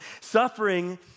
Suffering